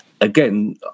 again